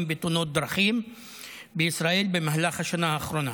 בתאונות דרכים בישראל במהלך השנה האחרונה.